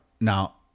now